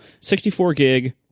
64-gig